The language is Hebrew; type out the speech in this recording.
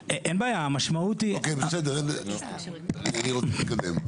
אוקיי, בסדר, אני רוצה להתקדם.